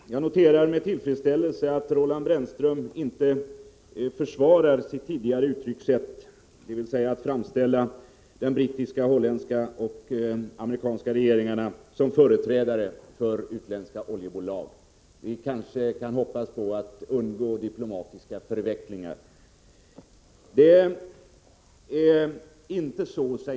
Herr talman! Jag noterar med tillfredsställelse att Roland Brännström inte försvarar sitt tidigare uttryckssätt, dvs. att framställa de brittiska, holländska och amerikanska regeringarna som företrädare för utländska oljebolag. Vi kan kanske därmed hoppas på att undgå diplomatiska förvecklingar.